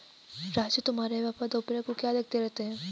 राजू तुम्हारे पापा दोपहर को क्या देखते रहते हैं?